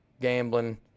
gambling